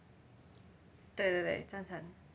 对对对赞成